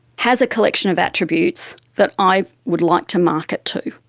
has a collection of attributes that i would like to market to.